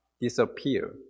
disappear